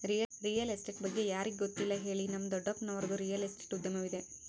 real estate ಬಗ್ಗೆ ಯಾರಿಗೆ ಗೊತ್ತಿಲ್ಲ ಹೇಳಿ, ನಮ್ಮ ದೊಡ್ಡಪ್ಪನವರದ್ದು ರಿಯಲ್ ಎಸ್ಟೇಟ್ ಉದ್ಯಮವಿದೆ